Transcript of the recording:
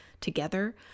together